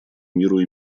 миру